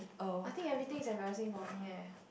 I think everything is embarrassing for me eh